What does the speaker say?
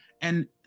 and-